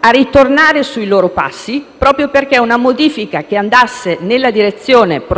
a tornare sui loro passi, proprio perché una modifica che andasse nella direzione prospettata dall'attuale testo di riforma sarebbe una madornale